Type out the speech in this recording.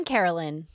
Carolyn